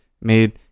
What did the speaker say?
made